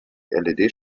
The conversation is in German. led